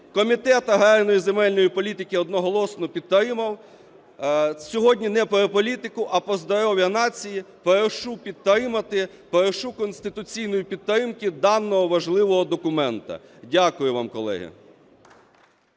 Комітет аграрної і земельної політики одноголосно підтримав. Сьогодні не про політику, а про здоров'я нації. Прошу підтримати, прошу конституційної підтримки даного важливого документа. Дякую вам, колеги.